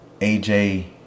AJ